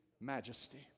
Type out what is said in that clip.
majesty